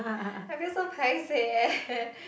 I feel so paiseh leh